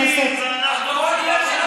בוא נדבר על החדית'.